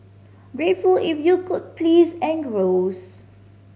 grateful if you could please engross